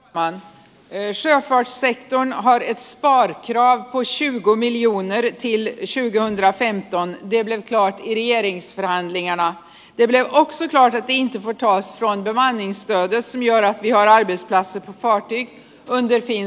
vaan ei syö fraasi on harriet markkinahakkuisiin kumiun nähden sillä sen kenttä on pienen vierin rahan linjana ja jauhoksi ahdettiin kivi taas luontevaa niistä aina ja raitis ja ärade herr talman